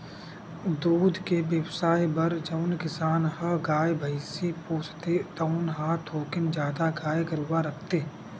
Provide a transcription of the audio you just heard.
दूद के बेवसाय बर जउन किसान ह गाय, भइसी पोसथे तउन ह थोकिन जादा गाय गरूवा राखथे